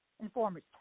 informers